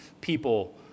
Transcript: people